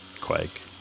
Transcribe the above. Quake